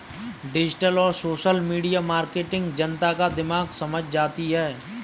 digital और social media marketing जनता का दिमाग समझ जाती है